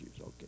Okay